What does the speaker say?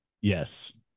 Yes